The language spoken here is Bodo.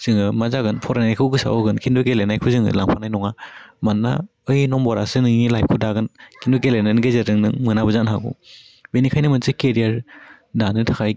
जोङो मा जागोन फरायनाइखौ गोसोयाव होगोन खिन्थु गेलेनायखौ जोङो लांफानाय नङा मानोना बै नम्बरासो नोंनि लाइफखौ दागोन खिन्थु गेलेनायनि गेजेरजों नों मोनाबो जानो हागौ बेनिखायनो मोनसे केरियार दानो थाखाइ